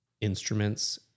instruments